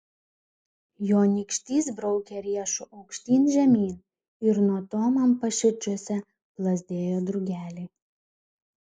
jo nykštys braukė riešu aukštyn žemyn ir nuo to man paširdžiuose plazdėjo drugeliai